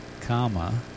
comma